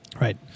Right